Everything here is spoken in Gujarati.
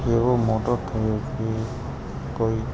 એવો મોટો થયો કે કોઈ